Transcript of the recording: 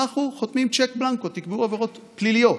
אנחנו חותמים צ'ק בלנקו: תקבעו עבירות פליליות.